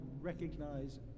recognize